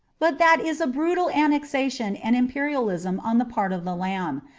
but that is brutal annexation and imperialism on the part of the lamb.